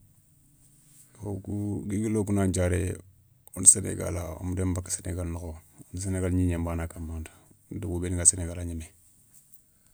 Wo kou gueli gueli wo kou nan thiaré wona sénégala woma démou baka sénégal nokho, wona sénégal gnigné nbana kamma debou benou ga sénégal a gnémé.